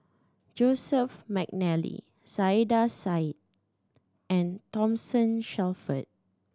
Joseph McNally Saiedah Said and Thomason Shelford